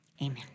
Amen